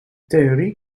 theorie